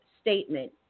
statement